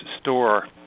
store